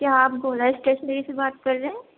کیا آپ بھولا اسٹیشنری سے بات کر رہے ہیں